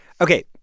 Okay